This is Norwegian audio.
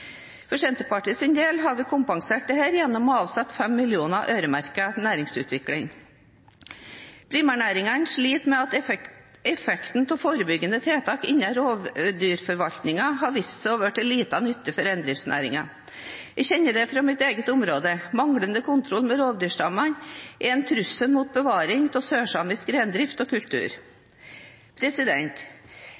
del har vi kompensert dette gjennom å avsette 5 mill. kr øremerket næringsutvikling. Primærnæringene sliter med at effekten av forebyggende tiltak innen rovdyrforvaltningen har vist seg å være til liten nytte for reindriftsnæringen. Jeg kjenner dette fra mitt eget område. Manglende kontroll med rovdyrstammene er en trussel mot bevaring av sørsamisk reindrift og kultur.